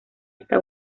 está